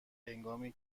هنگامی